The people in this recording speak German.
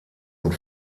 und